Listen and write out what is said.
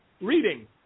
reading